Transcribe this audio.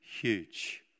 huge